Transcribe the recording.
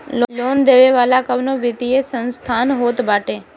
loan देवे वाला कवनो वित्तीय संस्थान होत बाटे